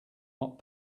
not